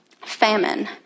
Famine